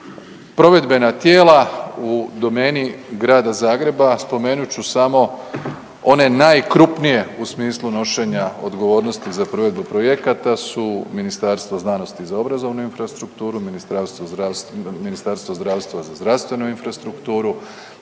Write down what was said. Provedbena tijela u domeni Grada Zagreba spomenut ću samo one najkrupnije u smislu nošenja odgovornosti za provedbu projekata su Ministarstvo znanosti za obrazovnu infrastrukturu, Ministarstvo zdravstva za zdravstvenu infrastrukturu,